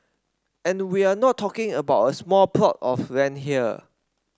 and we're not talking about a small plot of land here